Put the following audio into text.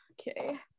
Okay